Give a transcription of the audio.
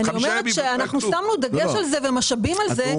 אנחנו שמנו דגש ומשאבים על זה.